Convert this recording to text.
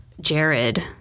Jared